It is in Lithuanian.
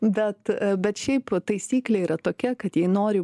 bet bet šiaip taisyklė yra tokia kad jei nori